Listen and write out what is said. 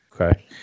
okay